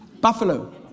buffalo